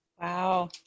wow